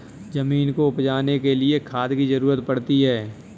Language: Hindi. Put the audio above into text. ज़मीन को उपजाने के लिए खाद की ज़रूरत पड़ती है